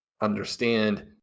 understand